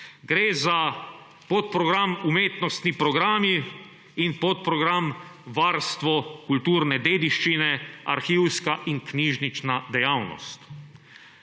Gre za podprogram Umetnostni programi in podprogram Varstvo kulturne dediščine, arhivska in knjižnična dejavnost.